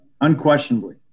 unquestionably